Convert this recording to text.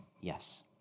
Yes